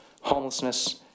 homelessness